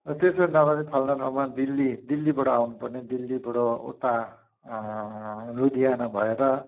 र त्यसरी नभए पनि फलना ठाउँमा दिल्ली दिल्लीबाट आउनु पर्ने दिल्लीबाट उता लुधियाना भएर